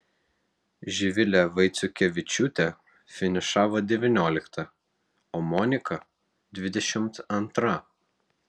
živilė vaiciukevičiūtė finišavo devyniolikta o monika dvidešimt antra